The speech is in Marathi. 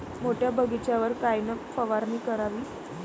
मोठ्या बगीचावर कायन फवारनी करावी?